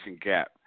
gap